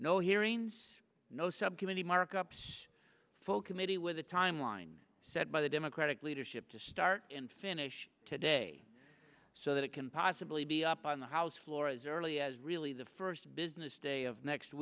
no hearings no subcommittee markups full committee with a timeline set by the democratic leadership to start and finish today so that it can possibly be up on the house floor as early as really the first business day of next